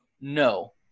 No